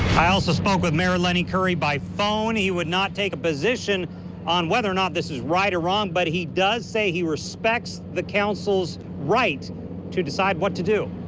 i also spoke with mayor like curry by phone. he would not take a position on whether or not this is right or wrong, but he does say he respects the council's right to decide what to do.